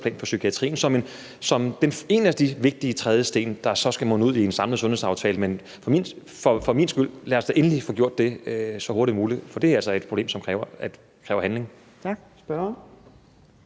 for psykiatrien, altså som en af de vigtige trædesten, der så skal munde ud i en samlet sundhedsaftale. Men for min skyld gerne, lad os da endelig få gjort det så hurtigt som muligt, for det er altså et problem, som kræver handling. Kl. 15:53